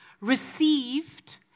received